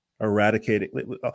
eradicating